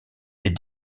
est